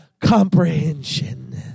comprehension